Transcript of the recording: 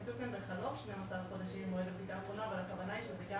כתוב כאן בחלוף 12 חודשים אבל הכוונה היא...